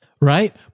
Right